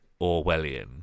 Orwellian